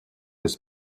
his